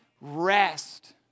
rest